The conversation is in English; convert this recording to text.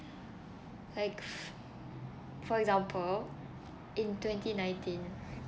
like f~ for example in twenty nineteen